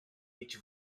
each